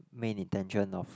main intention of